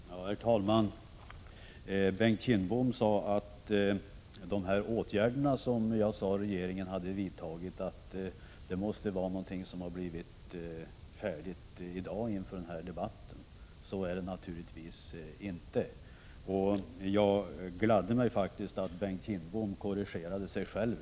Herr talman! Bengt Kindbom sade att de åtgärder regeringen hade vidtagit måste vara någonting som blivit färdigt i dag inför denna debatt. Så är det naturligtvis inte. Jag gladde mig åt att Bengt Kindbom korrigerade sig själv.